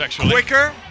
quicker